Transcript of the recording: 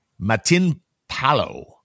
Matinpalo